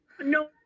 no